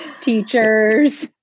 teachers